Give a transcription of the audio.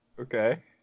Okay